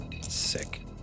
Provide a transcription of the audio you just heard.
Sick